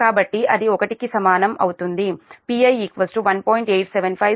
కాబట్టి అది 1 కి సమానం అవుతుంది Pi 1